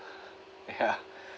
ya